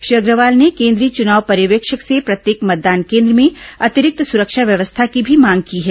श्री अग्रवाल ने केन्द्रीय चनाव पर्यवेक्षक से प्रत्येक मतदान केन्द्र में अंतिरिक्त सुरक्षा व्यवस्था की भी मांग की है